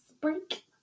break